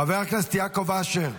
חבר הכנסת יעקב אשר.